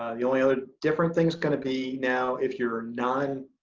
ah the only other different thing's gonna be now if you're a non,